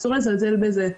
אסור לזלזל בזה.